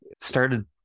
started